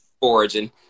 Origin